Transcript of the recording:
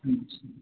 अच्छा